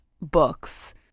books